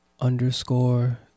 underscore